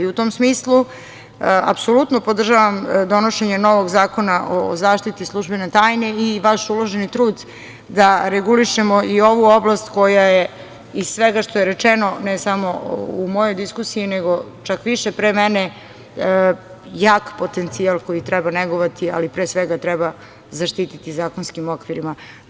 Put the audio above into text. U tom smislu, apsolutno podržavam donošenje novog zakona o zaštiti službene tajne i vaš uloženi trud da regulišemo i ovu oblast koja je, iz svega što je rečeno, ne samo u mojoj diskusiji, nego čak više pre mene, jak potencijal koji treba negovati, ali pre svega treba zaštiti zakonskim okvirima.